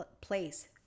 place